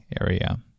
area